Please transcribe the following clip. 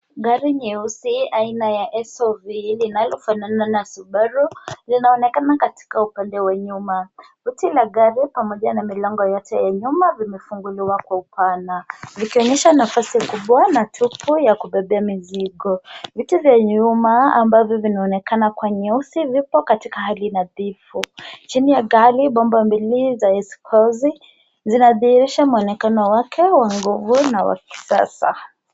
Gari nyeusi aina ya SUV linalofanana na Subaru linaonekana katika upande ulionyuma. Buti la gari pamoja na milango yote ya nyuma vimefunguliwa kwa upana vikionyesha nafasi kubwa na tupu ya kubebea mizigo. Viti vya nyuma ambavyo vinaonekana kuwa nyeusi vipo katika hali nadhifu. Chini ya gari, bomba mbili za eskozi zinadhihirisha mwonekano wake wa nguunguu na wa kisasa.